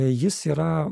jis yra